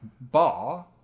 bar